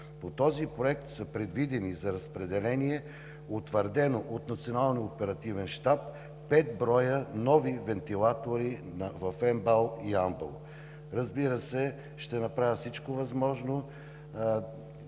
По този проект са предвидени за разпределение, утвърдено от Националния оперативен щаб, пет броя нови вентилатори за МБАЛ – Ямбол. Разбира се, ще направя всичко възможно